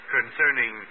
concerning